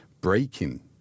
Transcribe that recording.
breaking